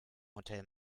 hotel